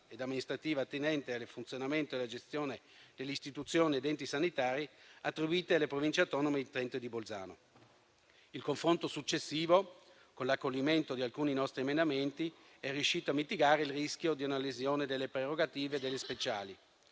ed amministrativa attinente al funzionamento e alla gestione di istituzioni ed enti sanitari, attribuita alle Province autonome di Trento e di Bolzano. Il confronto successivo, con l'accoglimento di alcuni nostri emendamenti, è riuscito a mitigare il rischio di una lesione delle prerogative delle autonomie